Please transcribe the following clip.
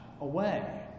away